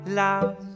love